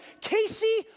Casey